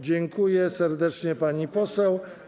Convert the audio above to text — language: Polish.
Dziękuję serdecznie, pani poseł.